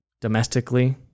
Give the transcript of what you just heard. domestically